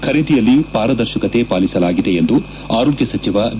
ಖರೀದಿಯಲ್ಲಿ ಪಾರದರ್ಶಕತೆ ಪಾಲಿಸಲಾಗಿದೆ ಎಂದು ಆರೋಗ್ಯ ಸಚಿವ ಬಿ